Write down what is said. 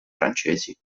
francesi